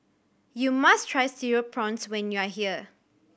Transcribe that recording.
you must try Cereal Prawns when you are here